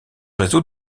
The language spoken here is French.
réseaux